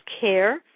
care